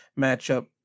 matchup